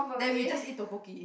then we just eat tteokbokki